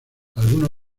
algunos